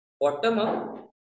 bottom-up